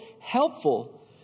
helpful